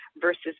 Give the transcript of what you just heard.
versus